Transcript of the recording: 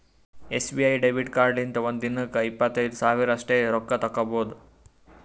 SBI debit ಕಾರ್ಡ್ಲಿಂತ ಒಂದ್ ದಿನಕ್ಕ ಇಪ್ಪತ್ತೈದು ಸಾವಿರ ಅಷ್ಟೇ ರೊಕ್ಕಾ ತಕ್ಕೊಭೌದು